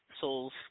souls